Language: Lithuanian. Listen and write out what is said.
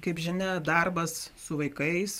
kaip žinia darbas su vaikais